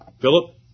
Philip